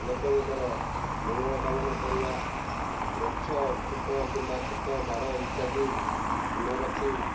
ଲୋକଙ୍କର ମଙ୍ଗଳ କାମନା କରିବା ଗଛ ଫୁଟ କିମ୍ବା ଖତ ବାଡ଼ ଇତ୍ୟାଦି ନରଖି